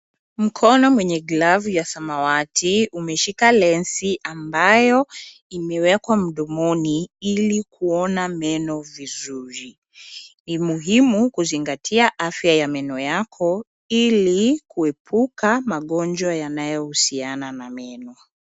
Mkono mwenye glavu ya samawati umeshika lens ambayo imewekwa mdomoni ili kuona meno vizuri. Ni muhimu kuzingatia afya ya meno yako ili kuepuka magonjwa yanayohusiana na meno.